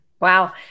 Wow